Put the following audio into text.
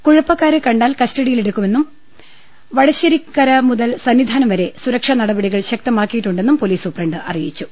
കുഴപ്പക്കാരെ കണ്ടാൽ കസ്റ്റഡിയിലെടുക്കുമെന്നും വടശ്ശേരിക്കര മുതൽ സന്നിധാനം വരെ സുരക്ഷാ നട പടികൾ ശക്തിമാക്കിയിട്ടുണ്ടെന്നും പൊലീസ് സൂപ്രണ്ട് അറിയിച്ചു